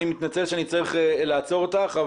אני מתנצל שאני צריך לעצור אותך,